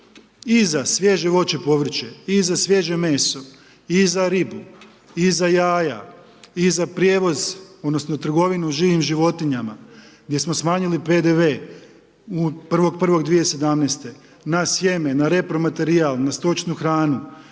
i za svježe voće i povrće, i za svježe meso, i za ribu, i za jaja, i za prijevoz odnosno trgovinu živim životinjama gdje smo smanjili PDV-e 1.1. 2017. na sjeme, na repromaterijal, na stočnu hranu